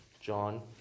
John